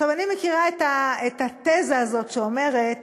אני מכירה את התזה הזאת שאומרת